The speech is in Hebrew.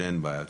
שאין בעיה כזאת.